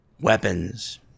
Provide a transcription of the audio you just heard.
Weapons